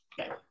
Okay